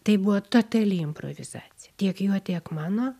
tai buvo totali improvizacija tiek jo tiek mano